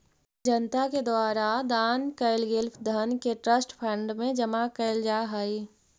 जनता के द्वारा दान कैल गेल धन के ट्रस्ट फंड में जमा कैल जा हई